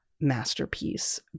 masterpiece